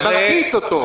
זה ילחיץ אותו.